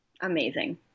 amazing